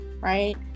right